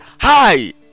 Hi